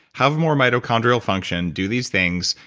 have more mitochondrial function, do these things.